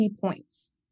points